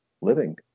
living